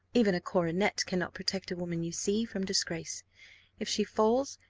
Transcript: even a coronet cannot protect a woman, you see, from disgrace if she falls,